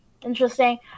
interesting